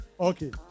okay